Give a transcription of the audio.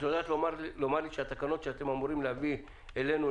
את יודעת לומר לי שהתקנות שאתם אמורים להביא אלינו,